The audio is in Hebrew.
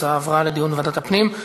ההצעה עברה לדיון בוועדת הפנים.